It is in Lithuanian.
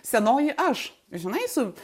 senoji aš žinai su